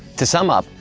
to sum up,